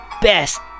best